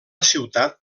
ciutat